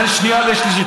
בין שנייה לשלישית.